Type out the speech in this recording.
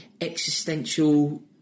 existential